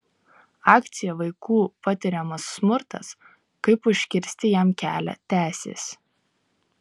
akcija vaikų patiriamas smurtas kaip užkirsti jam kelią tęsis